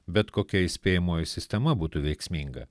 bet kokia įspėjamoji sistema būtų veiksminga